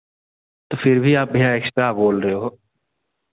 तो फिर भी आप भैया एक्स्ट्रा बोल रहे हो